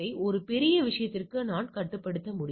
இந்த CHI TEST விஷயத்தையும் Excel இல் பார்ப்போம்